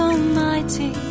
Almighty